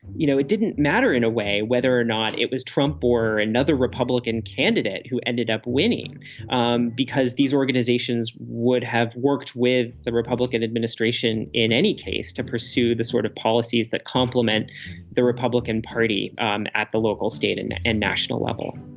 you know, it didn't matter in a way whether or not it was trump or another republican candidate who ended up winning um because these organizations would have worked with the republican administration, in any case, to pursue the sort of policies that complement the republican party um at the local, state and and national level